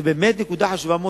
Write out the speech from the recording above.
זה באמת נקודה חשובה מאוד,